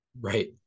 Right